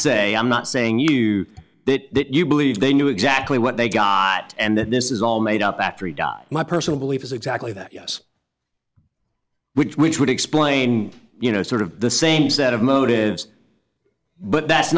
say i'm not saying you did that you believe they knew exactly what they got and that this is all made up after you die my personal belief is exactly that yes which which would explain you know sort of the same set of motives but that's